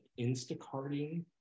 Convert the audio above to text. Instacarting